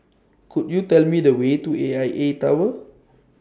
Could YOU Tell Me The Way to A I A Tower